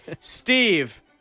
Steve